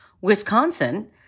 wisconsin